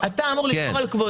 אתה אמור לשמור על כבודנו.